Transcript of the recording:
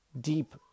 deep